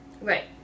Right